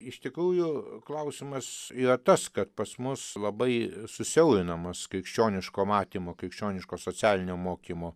iš tikrųjų klausimas yra tas kad pas mus labai susiaurinamas krikščioniško matymo krikščioniško socialinio mokymo